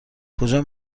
کجا